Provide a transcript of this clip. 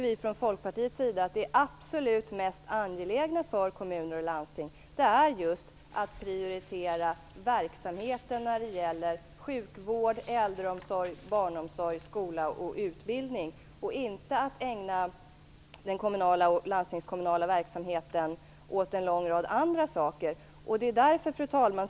Vi från Folkpartiet tycker att det absolut mest angelägna för kommuner och landsting är just att prioritera verksamheter som sjukvård, äldreomsorg, barnomsorg, skola och utbildning och inte att ägna den kommunala och landstingskommunala verksamheten åt en lång rad andra saker. Fru talman!